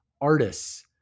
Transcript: artists